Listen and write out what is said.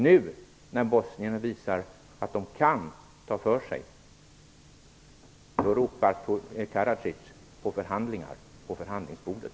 Nu när bosnierna visar att de kan ta för sig ropar Karadzic på förhandlingar vid förhandlingsbordet.